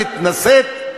מתנשאת,